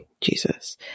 Jesus